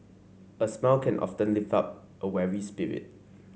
a smile can often lift up a weary spirit